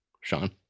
Sean